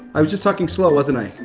i was just talking slow wasn't i?